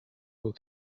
will